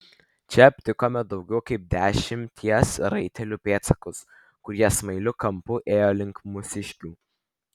čia aptikome daugiau kaip dešimties raitelių pėdsakus kurie smailiu kampu ėjo link mūsiškių